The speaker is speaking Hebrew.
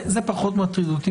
זה פחות מטריד אותי,